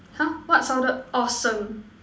!huh! what sounded awesome